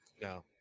No